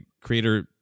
creator